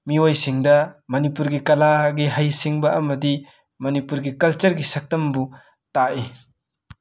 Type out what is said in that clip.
ꯃꯤꯑꯣꯏꯁꯤꯡꯗ ꯃꯅꯤꯄꯨꯔꯒꯤ ꯀꯂꯥꯒꯤ ꯍꯩ ꯁꯤꯡꯕ ꯑꯃꯗꯤ ꯃꯅꯤꯄꯨꯔꯒꯤ ꯀꯜꯆꯔꯒꯤ ꯁꯛꯇꯝꯕꯨ ꯇꯥꯛꯏ